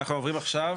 אנחנו עוברים עכשיו